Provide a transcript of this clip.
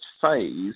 phase